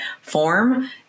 form